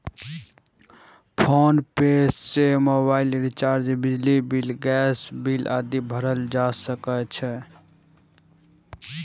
PhonePe सं mobile recharge, बिजली bill, gas bill आदि भरल जा सकै छै